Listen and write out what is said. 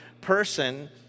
person